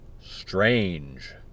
Strange